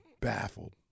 baffled